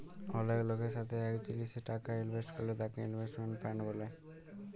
অলেক লকের সাথে এক জিলিসে টাকা ইলভেস্ট করল তাকে ইনভেস্টমেন্ট ফান্ড ব্যলে